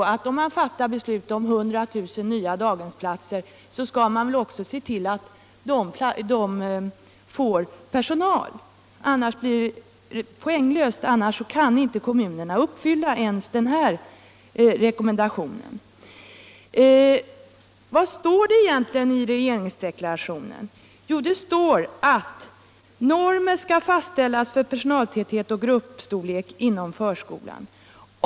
Fattar man ett beslut om 100 000 nya daghemsplatser så måste man väl också se till att det finns personal till dem! Annars blir beslutet poänglöst, och kommunerna kan inte uppfylla ens den rekommendationen. Vad står det egentligen i regeringsdeklarationen? Jo, det står att normer skall fastställas för personaltäthet och gruppstorlek inom förskolan.